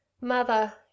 Mother